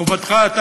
חובתך אתה,